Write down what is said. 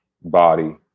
body